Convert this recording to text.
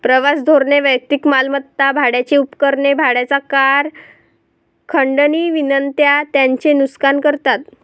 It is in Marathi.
प्रवास धोरणे वैयक्तिक मालमत्ता, भाड्याची उपकरणे, भाड्याच्या कार, खंडणी विनंत्या यांचे नुकसान करतात